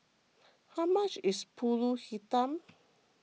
how much is Pulut Hitam